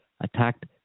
attacked